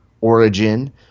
Origin